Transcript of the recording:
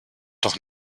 doch